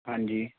ਹਾਂਜੀ